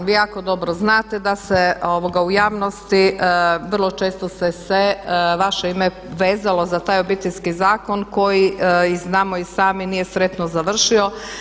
Vi jako dobro znate da se u javnosti vrlo često se vaše ime vezalo za taj Obiteljski zakon koji znamo i sami nije sretno završio.